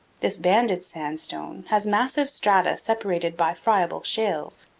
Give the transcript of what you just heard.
this banded sandstone has massive strata separated by friable shales.